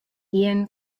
ian